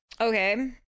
okay